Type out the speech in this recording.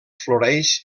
floreix